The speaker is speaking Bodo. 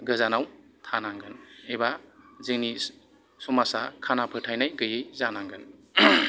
गोजानाव थानांगोन एबा जोंनि समाजा खाना फोथायनाय गैयै जानांगोन